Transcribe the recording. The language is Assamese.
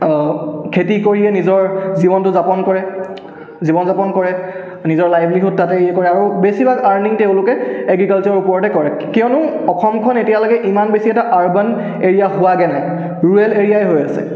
খেতি কৰিয়ে নিজৰ জীৱনটো যাপন কৰে জীৱন যাপন কৰে নিজৰ লাইভলিহুড তাতেই কৰে আৰু বেছিভাগ আৰ্নিং তেওঁলোকে এগ্ৰিকালচাৰৰ ওপৰতে কৰে কিয়নো অসমখন এতিয়ালৈকে ইমান বেছি এটা আৰ্বান এৰিয়া হোৱাগৈ নাই ৰুৰেল এৰিয়াই হৈ আছে